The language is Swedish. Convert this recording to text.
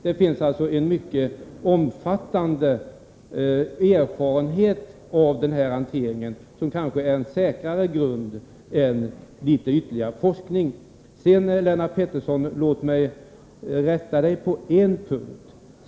Det finns alltså en mycket omfattande erfarenhet av den här hanteringen som kanske är en säkrare grund än litet ytterligare forskning. Låt mig sedan rätta Lennart Pettersson på en punkt.